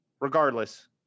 regardless